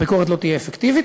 הביקורת לא תהיה אפקטיבית.